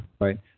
right